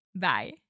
Bye